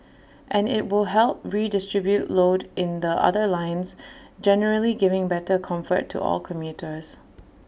and IT will help redistribute load in the other lines generally giving better comfort to all commuters